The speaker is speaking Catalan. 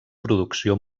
producció